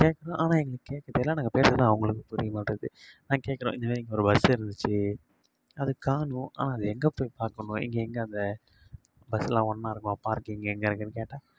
கேக்கிறோம் ஆனால் எங்களுக்கு கேட்க தெரியல நாங்கள் பேசுறதுலாம் அவங்களுக்கு புரியமாட்டுது நாங்க கேக்கிறோம் இந்தமாரி இங்கே ஒரு பஸ் இருந்துச்சு அது காணோம் ஆனால் அது எங்கே போய் பார்க்கணும் இங்கே எங்கே அந்த பஸ்லாம் ஒன்னாக இருக்கும் பார்க்கிங்கி எங்கே இருக்குன்னு கேட்டால்